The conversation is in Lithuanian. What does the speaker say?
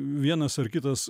vienas ar kitas